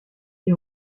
est